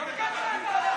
גם ככה אתם מחכים.